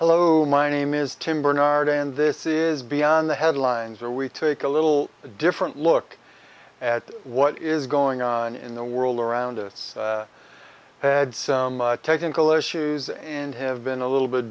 hello my name is tim barnard and this is beyond the headlines where we take a little different look at what is going on in the world around us had some technical issues and have been a little bit